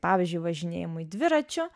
pavyzdžiui važinėjimui dviračiu